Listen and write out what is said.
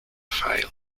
failed